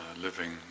living